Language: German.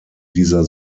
dieser